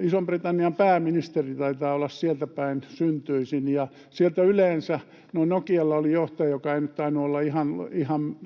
Ison-Britannian pääministeri taitaa olla sieltä päin syntyisin, ja siellä yleensä on valtava potentiaali — no Nokialla oli johtaja, joka ei nyt tainnut olla ihan